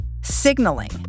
signaling